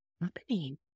happening